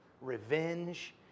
revenge